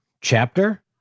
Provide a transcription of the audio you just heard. chapter